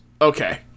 Okay